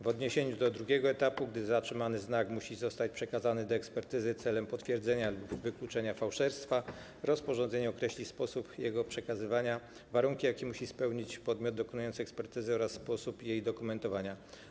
W odniesieniu do drugiego etapu, gdy zatrzymany znak musi zostać przekazany do ekspertyzy celem potwierdzenia lub wykluczenia fałszerstwa, rozporządzenie określi sposób jego przekazywania, warunki, jakie musi spełnić podmiot dokonujący ekspertyzy, oraz sposób jej dokumentowania.